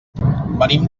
venim